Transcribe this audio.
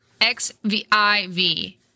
X-V-I-V